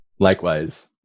Likewise